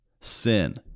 sin